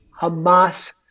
Hamas